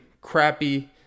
crappy